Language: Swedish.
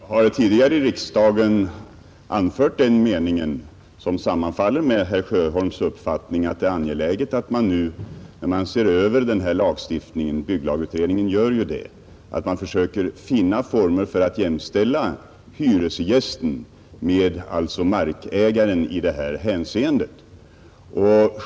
Herr talman! Jag har tidigare i riksdagen anfört den meningen, som sammanfaller med herr Sjöholms uppfattning, att det är angeläget att man nu, när man ser över den här lagstiftningen — bygglagutredningen gör ju det — försöker finna former för att jämställa hyresgästen med markägaren i detta hänseende.